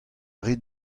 rit